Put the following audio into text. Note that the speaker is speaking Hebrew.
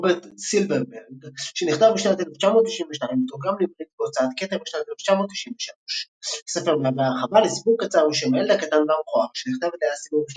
ורוברט סילברברג שנכתב בשנת 1992 ותורגם לעברית בהוצאת כתר בשנת 1993. הספר מהווה הרחבה לסיפור קצר בשם הילד הקטן והמכוער שנכתב על ידי אסימוב